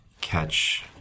catch